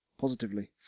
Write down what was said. positively